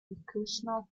recreational